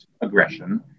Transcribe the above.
aggression